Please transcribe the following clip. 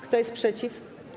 Kto jest przeciw?